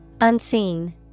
Unseen